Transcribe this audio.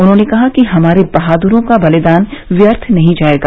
उन्होंने कहा कि हमारे बहादुरों का बलिदान व्यर्थ नहीं जाएगा